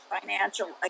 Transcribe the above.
financial